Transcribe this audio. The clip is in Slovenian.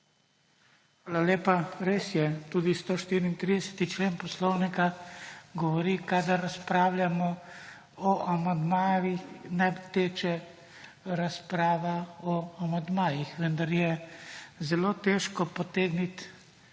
Hvala lepa. Res je tudi 134. člen Poslovnika govori kadar razpravljamo o amandmajih naj teče razprava o amandmajih, vendar je zelo težko potegniti